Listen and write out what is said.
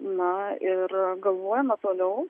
na ir galvojame toliau